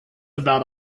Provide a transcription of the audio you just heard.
about